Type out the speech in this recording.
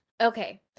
Okay